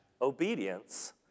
obedience